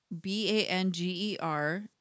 B-A-N-G-E-R